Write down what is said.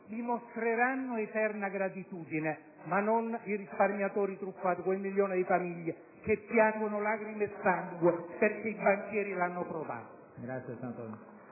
vi mostreranno eterna gratitudine, ma non lo faranno i risparmiatori truffati, ossia quel milione di famiglie che piangono lacrime e sangue perché i banchieri le hanno frodate.